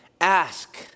Ask